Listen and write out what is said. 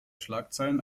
schlagzeilen